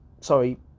sorry